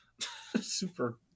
Super